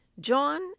john